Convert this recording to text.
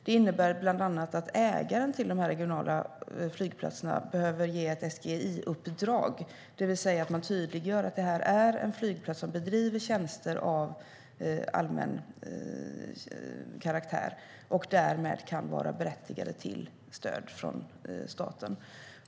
Det innebär bland annat att ägaren till de här regionala flygplatserna behöver ge ett SGEI-uppdrag, det vill säga att man tydliggör att det här är en flygplats som bedriver tjänster av allmän karaktär och därmed kan vara berättigade till stöd från staten.